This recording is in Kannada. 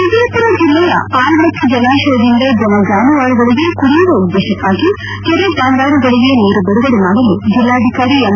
ವಿಜಯಪುರ ಜಿಲ್ಲೆಯ ಆಲಮಟ್ಟ ಜಲಾಶಯದಿಂದ ಜನ ಜಾನುವಾರುಗಳಿಗೆ ಕುಡಿಯುವ ಉದ್ದೇಶಕಾಗಿ ಕೆರೆ ಬಾಂದಾರುಗಳಿಗೆ ನೀರು ಬಿಡುಗಡೆ ಮಾಡಲು ಜಿಲ್ಲಾಧಿಕಾರಿ ಎಂ